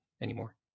anymore